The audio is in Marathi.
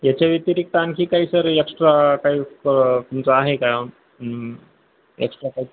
याच्या व्यतिरिक्त आणखी काही सर एक्स्ट्रा काही तुमचं आहे काय एक्स्ट्रा का